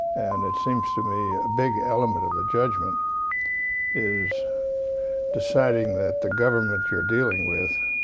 and it seems to me a big element of the judgment is deciding that the government you're dealing with